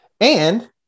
And-